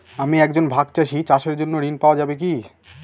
আমি একজন ভাগ চাষি চাষের জন্য ঋণ পাওয়া যাবে কি?